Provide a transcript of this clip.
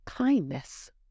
Kindness